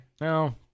No